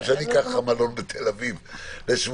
שאני אקח לך מלון בתל-אביב לשבועיים,